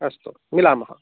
अस्तु मिलामः